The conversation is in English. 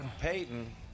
Peyton